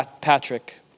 Patrick